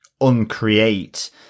uncreate